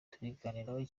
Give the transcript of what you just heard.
tubiganiraho